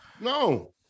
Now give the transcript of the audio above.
no